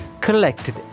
Collected